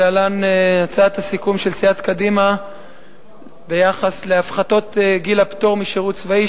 להלן הצעת הסיכום של סיעת קדימה ביחס להפחתות גיל הפטור משירות צבאי,